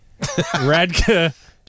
Radka